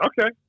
Okay